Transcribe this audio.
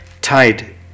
tied